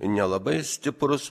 nelabai stiprus